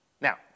Now